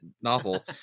novel